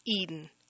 Eden